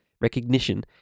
recognition